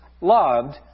loved